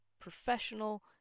professional